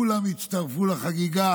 כולם הצטרפו לחגיגה